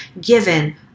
given